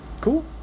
Cool